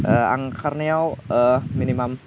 आं खारनायाव मिनिमाम